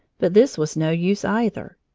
but this was no use, either.